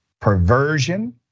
perversion